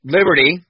Liberty